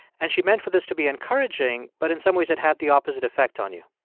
and she meant for this to be encouraging, but in some ways, it had the opposite effect on you